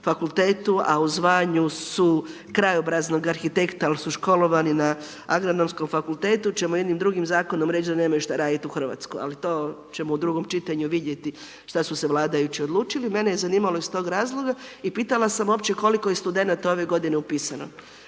a u zvanju su krajobraznog arhitekta ali su školovani na Agronomskom fakultetu ćemo jednim drugim zakonom reći da nemaju šta radit u Hrvatskoj ali to ćemo u drugom čitanju vidjeti šta su se vladajući odlučili. Mene je zanimalo iz tog razloga i pitala sam uopće koliko je studenata ove godine upisano.